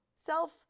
self